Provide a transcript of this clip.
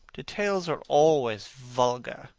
details are always vulgar.